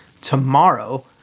tomorrow